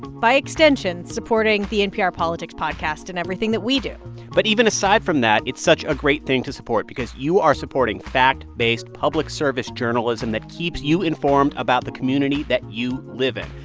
by extension, supporting the npr politics podcast and everything that we do but even aside from that it's such a great thing to support because you are supporting fact-based, public-service journalism that keeps you informed about the community that you live in.